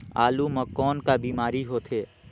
आलू म कौन का बीमारी होथे?